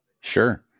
Sure